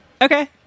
Okay